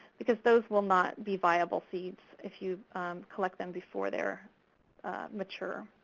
because those will not be viable seeds, if you collect them before they're mature.